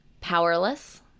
powerless